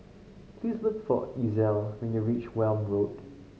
please look for Ezell when you reach Welm Road